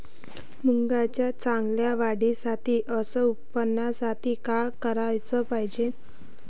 मुंगाच्या चांगल्या वाढीसाठी अस उत्पन्नासाठी का कराच पायजे?